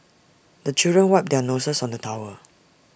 the children wipe their noses on the towel